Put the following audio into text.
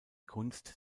kunst